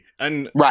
Right